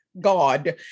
God